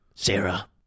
Sarah